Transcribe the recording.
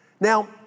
Now